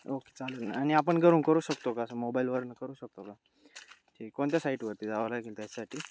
okay चालेल ना आ आणि आपण करून करू शकतो का असं मोबाईलवरून करू शकतो का ठीक कोणत्या साईटवरती जावं लागेल त्याच्यासाठी